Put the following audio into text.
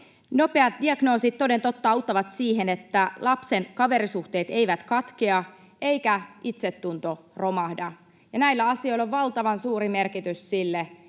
Nopeat diagnoosit toden totta auttavat siihen, että lapsen kaverisuhteet eivät katkea eikä itsetunto romahda. Näillä asioilla on valtavan suuri merkitys sille,